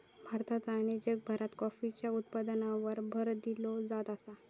भारतात आणि जगभरात कॉफीच्या उत्पादनावर भर दिलो जात आसा